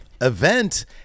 event